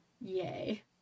Yay